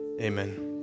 amen